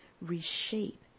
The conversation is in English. reshape